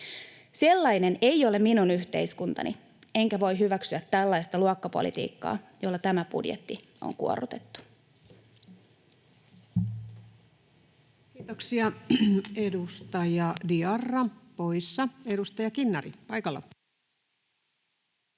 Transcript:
Sellainen ei ole minun yhteiskuntani, enkä voi hyväksyä tällaista luokkapolitiikkaa, jolla tämä budjetti on kuorrutettu. [Speech 334] Speaker: Ensimmäinen varapuhemies